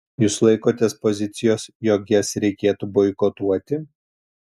jūs laikotės pozicijos jog jas reikėtų boikotuoti